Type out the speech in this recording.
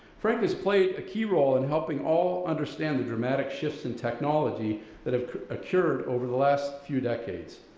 frank has played a key role in helping all understand the dramatic shifts in technology that ah occurred over the last few decades.